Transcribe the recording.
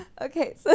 Okay